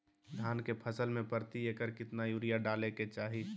धान के फसल में प्रति एकड़ कितना यूरिया डाले के चाहि?